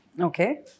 Okay